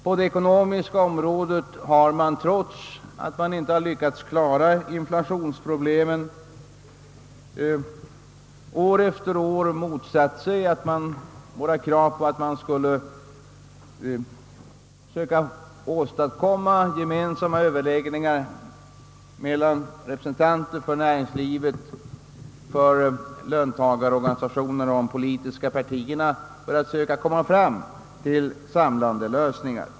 På det ekonomiska området har man trots att man inte lyckats klara inflationsproblemen år efter år motsatt sig våra krav på att man skulle söka åstadkomma gemensamma Ööverläggningar mellan representanter för näringslivet, för löntagarorganisationerna och för de politiska partierna i syfte att komma fram till samlande lösningar.